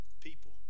people